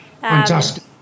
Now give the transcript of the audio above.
fantastic